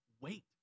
wait